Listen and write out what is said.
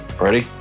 Ready